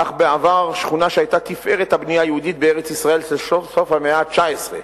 אך בעבר שכונה שהיתה תפארת הבנייה היהודית בארץ-ישראל של סוף המאה ה-19,